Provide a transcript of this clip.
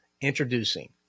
Introducing